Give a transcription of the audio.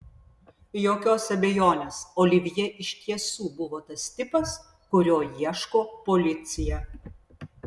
jokios abejonės olivjė iš tiesų buvo tas tipas kurio ieško policija